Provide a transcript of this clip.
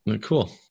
Cool